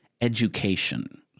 education